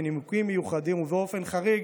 מנימוקים מיוחדים ובאופן חריג,